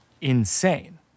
insane